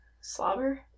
Slobber